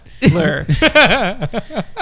blur